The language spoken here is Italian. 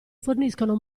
forniscono